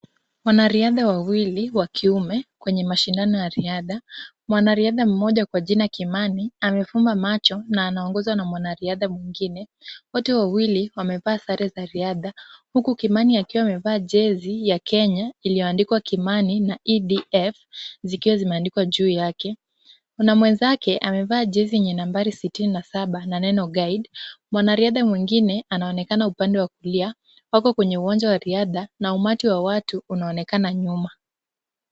Wanariadha wawili wa kiume, kwenye mashindano ya riadha. Mwanariadha mmoja kwa jina Kimani, amefumba macho na anaongozwa na mwanariadha mwingine. Wote wawili wamevaa sare za riadha huku Kimani akiwa amevaa jezi ya Kenya, iliyoandikwa Kimani na EDF zikiwa zimeandikwa juu yake. Kuna mwenzake amevaa jezi yenye nambari 67 na neno Guide . Mwanariadha mwingine anaonekana upande wa kulia, wako kwenye uwanja wa riadha, na umati wa watu unaonekana nyuma.